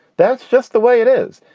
that's just the way it is.